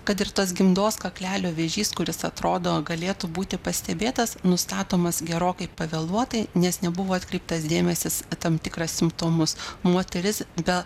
kad ir tas gimdos kaklelio vėžys kuris atrodo galėtų būti pastebėtas nustatomas gerokai pavėluotai nes nebuvo atkreiptas dėmesys tam tikrą simptomus moteris be